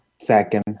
Second